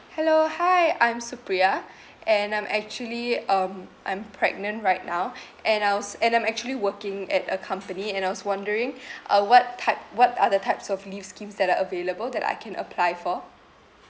hello hi I'm supriya and I'm actually um I'm pregnant right now and I was and I'm actually working at a company and I was wondering uh what type what are the types of leave schemes that are available that I can apply for